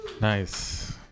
Nice